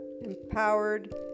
empowered